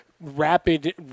rapid